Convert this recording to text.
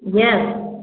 yes